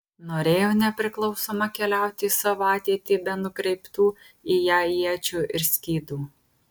norėjo nepriklausoma keliauti į savo ateitį be nukreiptų į ją iečių ir skydų